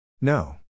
No